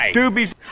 doobies